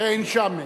"ועץ שמן".